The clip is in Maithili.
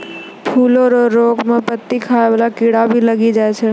फूलो रो रोग मे पत्ती खाय वाला कीड़ा भी लागी जाय छै